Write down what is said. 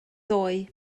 doe